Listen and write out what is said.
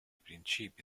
principi